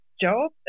job